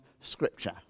Scripture